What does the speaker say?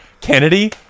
Kennedy